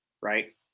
right